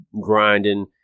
grinding